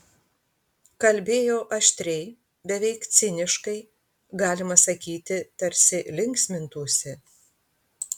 kalbėjo aštriai beveik ciniškai galima sakyti tarsi linksmintųsi